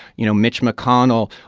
you know, mitch mcconnell,